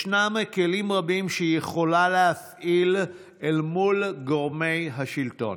ישנם כלים רבים שהיא יכולה להפעיל אל מול גורמי השלטון.